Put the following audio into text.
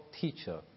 teacher